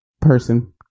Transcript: person